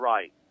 Right